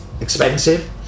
Expensive